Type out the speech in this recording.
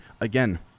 Again